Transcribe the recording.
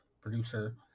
producer